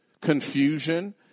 confusion